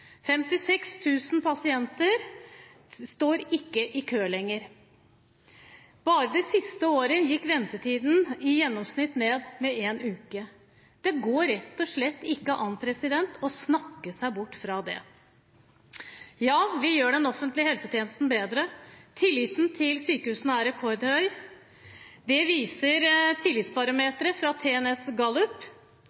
000 pasienter står ikke lenger i kø. Bare det siste året gikk ventetiden i gjennomsnitt ned med en uke. Det går rett og slett ikke an å snakke seg bort fra det. Ja, vi gjør den offentlige helsetjenesten bedre. Tilliten til sykehusene er rekordhøy. Det viser